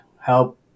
help